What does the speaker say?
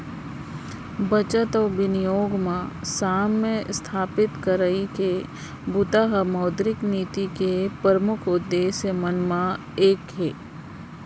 बचत अउ बिनियोग म साम्य इस्थापित करई के बूता ह मौद्रिक नीति के परमुख उद्देश्य मन म एक हे